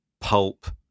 pulp